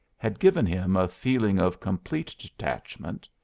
had given him a feeling of complete detachment,